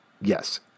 Yes